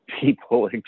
people